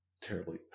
terribly